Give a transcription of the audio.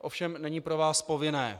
Ovšem není pro vás povinné.